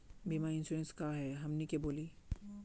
बीमा इंश्योरेंस का है हमनी के बोली?